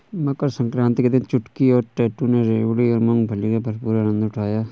मकर सक्रांति के दिन चुटकी और टैटू ने रेवड़ी और मूंगफली का भरपूर आनंद उठाया